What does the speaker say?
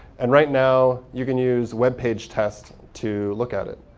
and right now, you can use web page test to look at it.